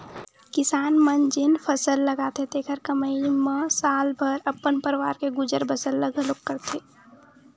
किसान मन जेन फसल लगाथे तेखरे कमई म साल भर अपन परवार के गुजर बसर ल घलोक करथे